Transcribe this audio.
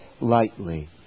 lightly